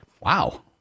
Wow